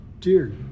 Dear